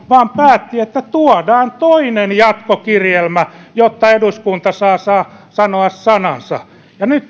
vaan päätti että tuodaan toinen jatkokirjelmä jotta eduskunta saa saa sanoa sanansa ja nyt